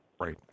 Right